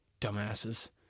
Dumbasses